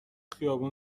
خیابون